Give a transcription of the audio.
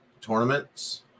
tournaments